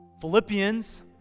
Philippians